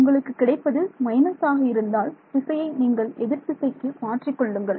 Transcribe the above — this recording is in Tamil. உங்களுக்கு கிடைப்பது மைனஸ் ஆக இருந்தால் திசையை நீங்கள் எதிர் திசைக்கு மாற்றிக்கொள்ளுங்கள்